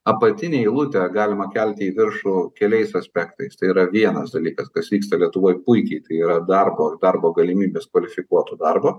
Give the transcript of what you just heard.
apatinę eilutę galima kelti į viršų keliais aspektais tai yra vienas dalykas kas vyksta lietuvoje puikiai tai yra darbo ir darbo galimybės kvalifikuoto darbo